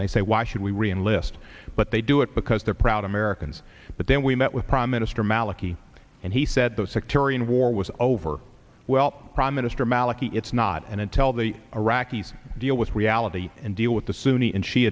and they say why should we re in list but they do it because they're proud americans but then we met with prime minister maliki and he said those sectarian war was over well prime minister maliki it's not and and tell the iraqis deal with reality and deal with the sunni and sh